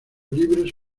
libres